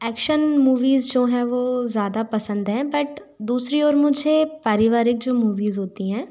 action movies जो हैं वो ज़्यादा पसंद हैं बट दूसरी ओर मुझे पारिवारीक जो मुवीज़ होती हैं